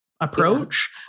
approach